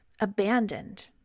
abandoned